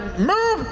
matt